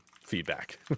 feedback